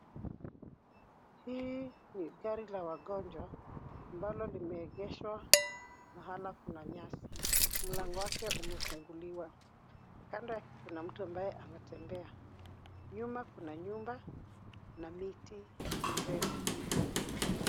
Hii ni gari la wagonjwa ambalo limeegeshwa mahali kuna nyasi. Mlango wake umefunguliwa. Kando yake kuna mtu ambaye ametembea. Nyuma kuna nyumba na miti mirefu.